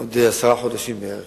עוד עשרה חודשים בערך.